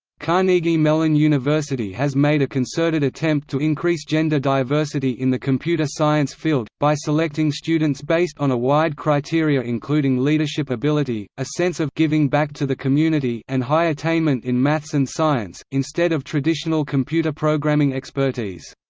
carnegie mellon university has made a concerted attempt to increase gender diversity in the computer science field, by selecting students based on a wide criteria including leadership ability, a sense of giving back to the community and high attainment in maths and science, instead of traditional computer programming expertise.